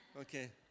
okay